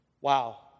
wow